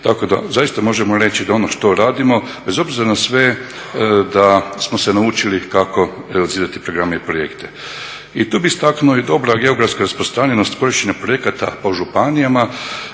tako da zaista možemo reći da ono što radimo bez obzira na sve da smo se naučili kako realizirati programe i projekte. I tu bih istaknuo dobru geografsku rasprostranjenost korištenja projekata po županijama,